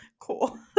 cool